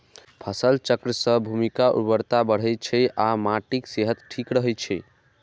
फसल चक्र सं भूमिक उर्वरता बढ़ै छै आ माटिक सेहत ठीक रहै छै